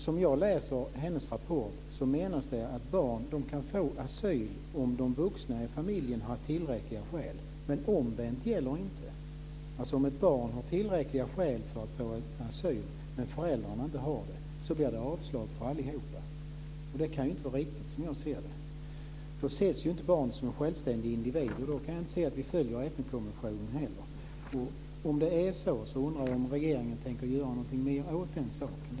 Som jag läser Barnombudsmannens rapport menas det att barn kan få asyl om de vuxna i familjen har tillräckliga skäl, men omvänt gäller inte. Om ett barn har tillräckliga skäl för att få asyl, men föräldrarna inte har det, blir det alltså avslag för allihop. Det kan inte vara riktigt, som jag ser det. Då ses ju inte barnet som en självständig individ, och då kan jag inte heller se att vi följer FN-konventionen. Om det är så undrar jag om regeringen tänker göra något mer åt den saken.